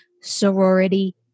Sorority